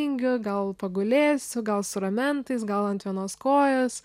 tingiu gal pagulėsiu gal su ramentais gal ant vienos kojos